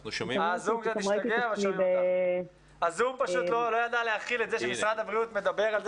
--- הזום פשוט לא ידע שמשרד הבריאות מדבר על כך